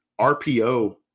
rpo